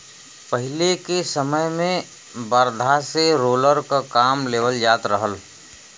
पहिले के समय में बरधा से रोलर क काम लेवल जात रहल